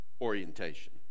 orientation